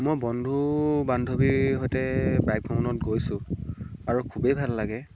মই বন্ধু বান্ধৱীৰ সৈতে বাইক ভ্ৰমণত গৈছোঁ আৰু খুবেই ভাল লাগে